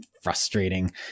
frustrating